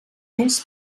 mes